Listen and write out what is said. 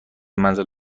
منزل